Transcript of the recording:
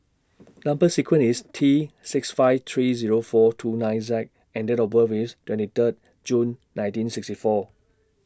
Number sequence IS T six five three Zero four two nine Z and Date of birth IS twenty Third June nineteen sixty four